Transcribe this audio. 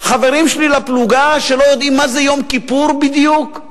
חברים שלי לפלוגה שלא יודעים מה זה יום כיפור בדיוק,